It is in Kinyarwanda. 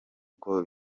uko